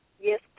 yes